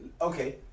Okay